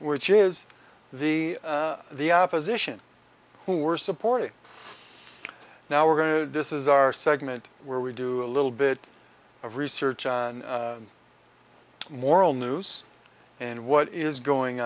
which is the the opposition who were supporting now we're going to this is our segment where we do a little bit of research on moral news and what is going